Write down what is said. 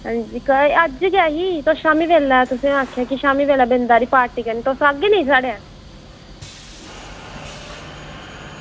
हां जी अज्ज गै ही तुस शामीं बेल्लै तुसें आखेआ कि शामीं बेल्लै बिंद हारी पार्टी करनी तुस आह्गे नी साढ़ै